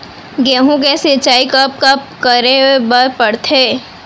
गेहूँ के सिंचाई कब कब करे बर पड़थे?